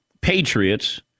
Patriots